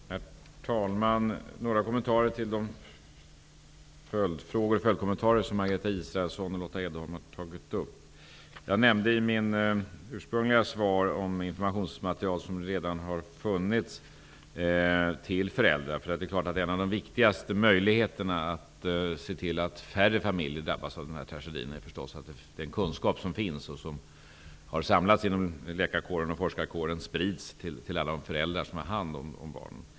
Herr talman! Jag skall göra några kommentarer till de följdfrågor som Margareta Israelsson och Lotta Edholm har tagit upp. I mitt ursprungliga svar nämnde jag informationsmaterial som redan finns för föräldrar. En av de viktigaste åtgärderna för att se till att färre familjer drabbas av en sådan tragedi är förstås att sprida den kunskap som finns och som har samlats genom läkar och forskarkåren till alla föräldrar.